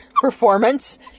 performance